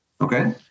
Okay